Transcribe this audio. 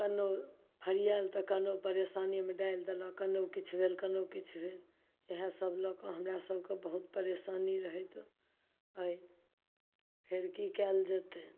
कोनहु फड़िआइल तऽ कोनहु परेशानीमे डालि देलक कोनहु कोनहु किछु भेल कोनहु किछु भेल इएहसब लऽ कऽ हमरासभकेँ बहुत परेशानी रहैत अइ फेर कि कएल जेतै तऽ